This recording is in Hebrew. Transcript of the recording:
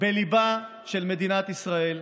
בליבה של מדינת ישראל.